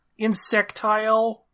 insectile